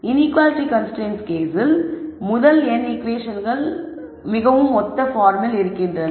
inequality constraints கேஸில் முதல் n ஈகுவேஷன்கள் மிகவும் ஒத்த பார்மில் இருக்கின்றன